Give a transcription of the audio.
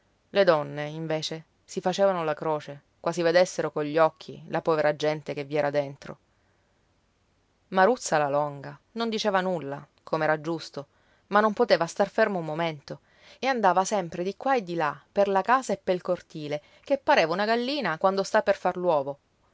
le donne invece si facevano la croce quasi vedessero cogli occhi la povera gente che vi era dentro maruzza la longa non diceva nulla com'era giusto ma non poteva star ferma un momento e andava sempre di qua e di là per la casa e pel cortile che pareva una gallina quando sta per far